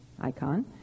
icon